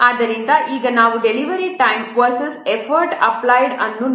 ಆದ್ದರಿಂದ ಈಗ ನಾವು delivery time vs effort applied ಅನ್ನು ನೋಡೋಣ